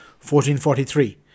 1443